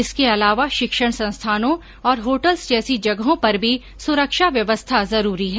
इसके अलावा शिक्षण संस्थानों और होटल्स जैसी जगहों पर भी सुरक्षा व्यवस्था जरूरी है